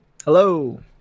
Hello